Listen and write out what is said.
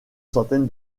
centaine